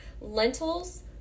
Lentils